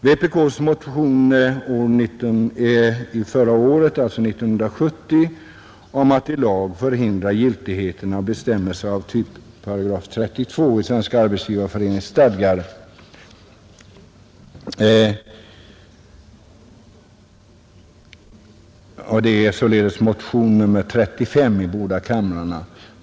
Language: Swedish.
Vpk motionerade i januari 1970 om att i lag förhindra giltigheten av bestämmelser av typ §32 i Svenska arbetsgivareföreningens stadgar; motionen hade nr 35 i båda kamrarna.